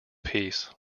peace